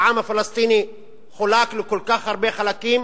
שהעם הפלסטיני חולק לכל כך הרבה חלקים,